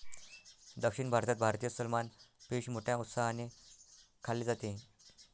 दक्षिण भारतात भारतीय सलमान फिश मोठ्या उत्साहाने खाल्ले जाते